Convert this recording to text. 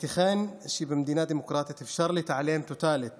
הייתכן שבמדינה דמוקרטית אפשר להתעלם טוטלית